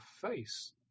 face